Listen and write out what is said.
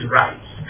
rights